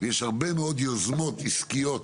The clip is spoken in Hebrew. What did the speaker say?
ויש הרבה מאוד יוזמות עסקיות,